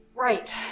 Right